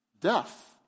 Death